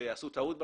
שעשו טעות בחישוב.